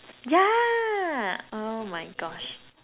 yeah oh my gosh